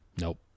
Nope